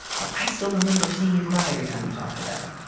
but i still remember seeing you cry every time you talk to them.